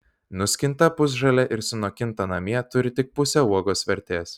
nuskinta pusžalė ir sunokinta namie turi tik pusę uogos vertės